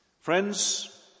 Friends